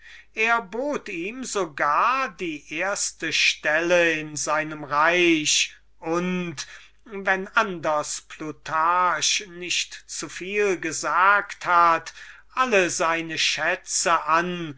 er bot ihm so gar die erste stelle in seinem reich und wenn plutarch nicht zuviel gesagt hat alle seine schätze an